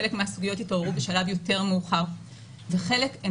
חלק מהסוגיות התעוררו בשלב יותר מאוחר וחלק הן